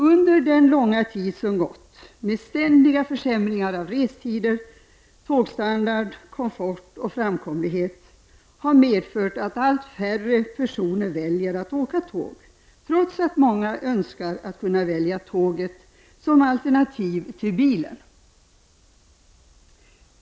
Under den långa tid som gått har ständiga försämringar av restider, tågstandard, komfort och framkomlighet medfört att allt färre personer väljer att åka tåg, trots att många önskar att kunna välja tåget som alternativ till bilen.